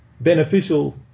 beneficial